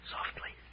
Softly